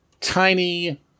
tiny